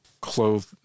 clothed